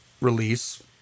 release